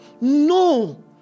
No